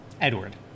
Edward